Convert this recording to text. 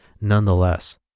nonetheless